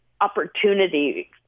opportunity